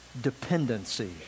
dependency